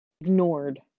ignored